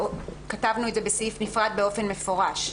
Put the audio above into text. כתבנו את זה בסעיף נפרד באופן מפורש.